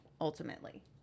ultimately